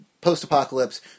post-apocalypse